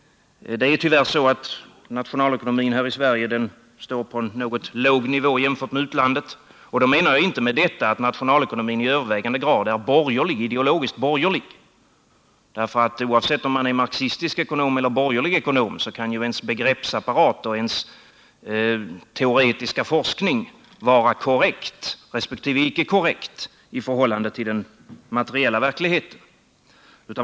Nationalekonomin här i Sverige står tyvärr jämfört med vad som är fallet i utlandet på en mycket låg nivå. Med det menar jag inte att nationalekonomin ideologiskt till övervägande del är borgerlig. Oavsett om man är en marxistisk eller en borgerlig ekonom, kan ju den begreppsapparat och den teoretiska forskning man arbetar med vara korrekta resp. icke korrekta i förhållande till den materiella verkligheten.